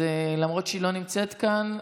אז למרות שהיא לא נמצאת כאן,